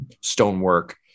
stonework